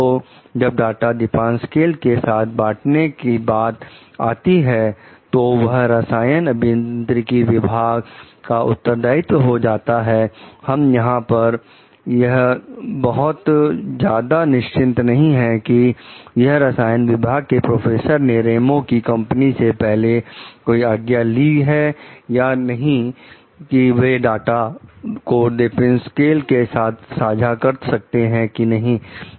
तो जब डाटा दीपासक्वेल के साथ बांटने की बात आती है तो यह रसायन अभियांत्रिकी विभाग का उत्तरदायित्व हो जाता है हम यहां पर बहुत ज्यादा निश्चित नहीं है कि यह रसायन विभाग के प्रोफेसर ने रेमो की कंपनी से पहले कोई आज्ञा ली है कि नहीं कि वे डाटा को दीपासक्वेल के साथ बांट सकते हैं कि नहीं